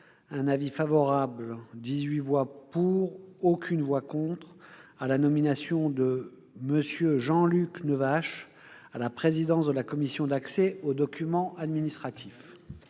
un avis favorable- dix-huit voix pour, aucune voix contre -à la nomination de M. Jean-Luc Nevache à la présidence de la Commission d'accès aux documents administratifs.